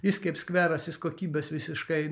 jis kaip skveras jis kokybės visiškai